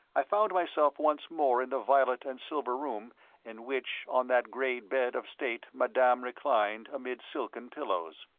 i found myself once more in the violet and silver room in which on that great bed of state madame reclined amid silken pillows.